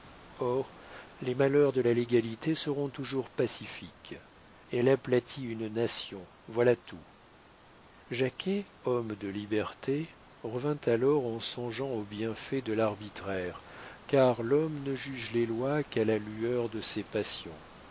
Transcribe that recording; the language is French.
les malheurs de la légalité seront toujours pacifiques elle aplatit une nation voilà tout jacquet homme de liberté revint alors en songeant aux bienfaits de l'arbitraire car l'homme ne juge les lois qu'à la lueur de ses passions